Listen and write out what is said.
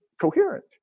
coherent